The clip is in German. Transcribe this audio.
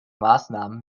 maßnahmen